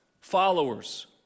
followers